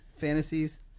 fantasies